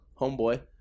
homeboy